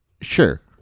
sure